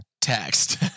text